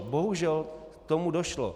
Bohužel k tomu došlo.